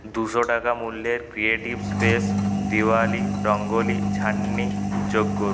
দুশো টাকা মূল্যের ক্রিয়েটিভ স্পেস দিওয়ালি রঙ্গোলি ছান্নি যোগ করুন